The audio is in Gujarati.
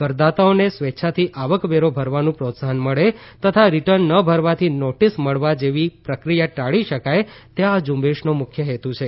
કરદાતાઓને સ્વેચ્છાથી આવકવેરો ભરવાનું પ્રોત્સાહન મળે તથા રિટર્ન ન ભરવાથી નોટિસ મળવા જેવી પ્રક્રિયા ટાળી શકાય તે આ ઝુંબેશનો મુખ્ય હેતુ છે